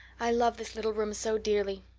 i love this little room so dearly.